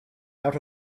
out